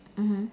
mmhmm